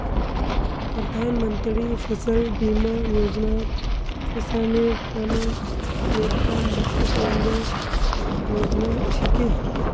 प्रधानमंत्री फसल बीमा योजनात किसानेर त न एकता महत्वपूर्ण योजना छिके